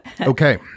Okay